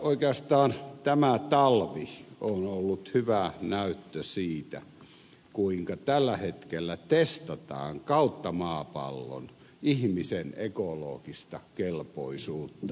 oikeastaan tämä talvi on ollut hyvä näyttö siitä kuinka tällä hetkellä testataan kautta maapallon ihmisen ekologista kelpoisuutta